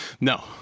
No